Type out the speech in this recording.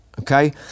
Okay